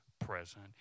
present